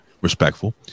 respectful